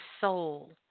soul